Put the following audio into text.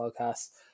podcast